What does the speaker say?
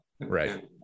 Right